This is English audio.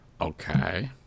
Okay